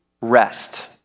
rest